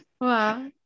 Wow